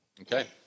Okay